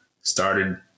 started